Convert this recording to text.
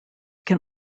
can